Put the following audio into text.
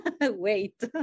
wait